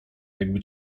jakby